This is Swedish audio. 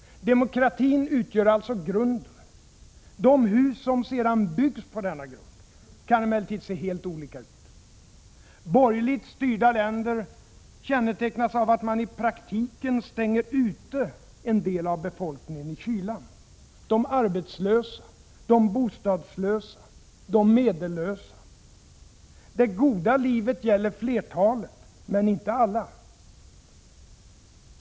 Demokratin utgör alltså grunden. De hus som sedan byggs på denna grund kan emellertid se helt olika ut. Borgerligt styrda länder kännetecknas av att man i praktiken stänger ute en del av befolkningen i kylan; de arbetslösa, de bostadslösa och de medellösa. Det goda livet gäller flertalet, men inte alla.